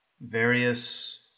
various